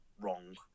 wrong